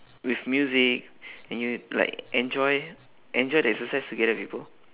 with music and you like enjoy enjoy to exercise together with people